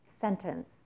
sentence